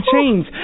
chains